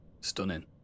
Stunning